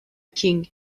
king